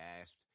gasped